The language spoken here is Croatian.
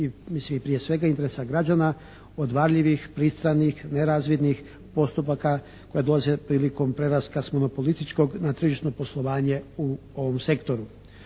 i prije svega interesa građana od varljivih, pristranih, nerazvidnih postupaka koji dolaze prilikom prelaska s monopolističkog na tržišno poslovanje u ovom sektoru.